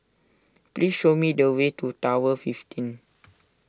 please show me the way to Tower fifteen